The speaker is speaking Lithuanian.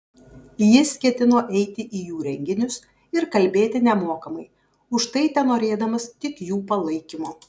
jis ketino eiti į jų renginius ir kalbėti nemokamai už tai tenorėdamas tik jų palaikymo